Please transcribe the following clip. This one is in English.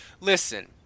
listen